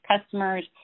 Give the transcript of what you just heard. customers